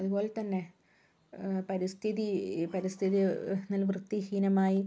അതുപോലെ തന്നെ പരിസ്ഥിതി പരിസ്ഥിതി നല്ല വൃത്തിഹീനമായി